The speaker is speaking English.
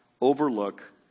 overlook